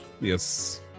yes